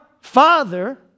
Father